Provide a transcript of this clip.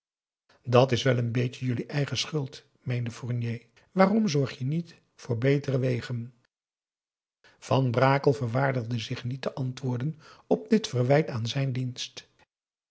dat s wel een beetje jullie eigen schuld meende fournier waarom zorg je niet voor betere wegen p a daum de van der lindens c s onder ps maurits van brakel verwaardigde zich niet te antwoorden op dit verwijt aan zijn dienst